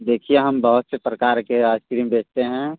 देखिए हम बहुत से प्रकार के आइस क्रीम बेचते हैं